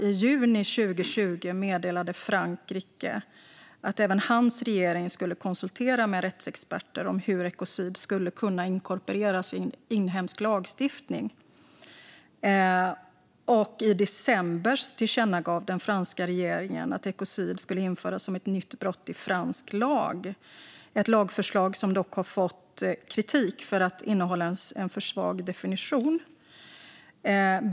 I juni 2020 meddelade Frankrike att regeringen skulle konsultera med rättsexperter om hur ekocid skulle kunna inkorporeras i inhemsk lagstiftning. I december tillkännagav den franska regeringen att ekocid skulle införas som ett nytt brott i fransk lag. Det är ett lagförslag som dock har fått kritik för att innehålla en för svag definition.